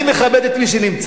אני מכבד את מי שנמצא.